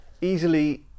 easily